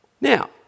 now